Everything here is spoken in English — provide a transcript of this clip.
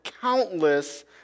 countless